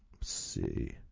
see